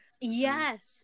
Yes